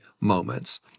moments